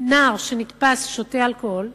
נער שנתפס שותה אלכוהול,